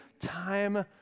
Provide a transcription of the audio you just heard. time